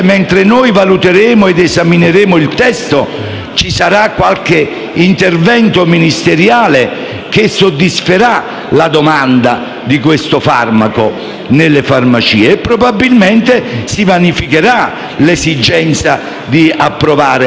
potrebbe essere qualche intervento ministeriale tale da soddisfare la domanda di questo farmaco nelle farmacie e in tal modo si vanificherebbe l'esigenza di approvare questo provvedimento.